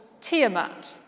Tiamat